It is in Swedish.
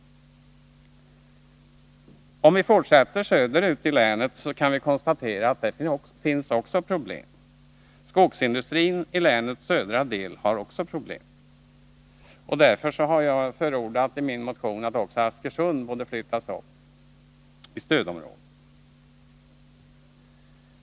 Om vi fortsätter söderut i länet kan vi konstatera att där också finns problem. Skogsindustrin i länets södra del har problem, och därför har jag i min motion förordat att även Askersund skulle flyttas upp i stödområdet.